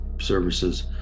services